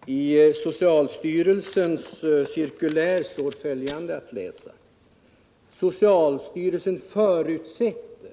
Herr talman! I socialstyrelsens cirkulär står bl.a. följande att läsa: ”Socialstyrelsen förutsätter